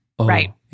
right